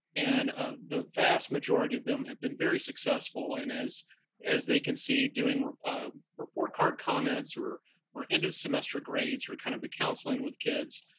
and ah the vast majority of them have been very successful and as as they can see doing report card comments or or end of semester grades or kind of counseling with kids,